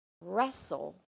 wrestle